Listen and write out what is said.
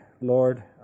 Lord